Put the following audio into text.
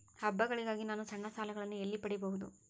ಹಬ್ಬಗಳಿಗಾಗಿ ನಾನು ಸಣ್ಣ ಸಾಲಗಳನ್ನು ಎಲ್ಲಿ ಪಡಿಬಹುದು?